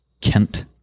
Kent